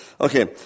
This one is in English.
Okay